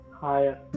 higher